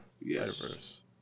yes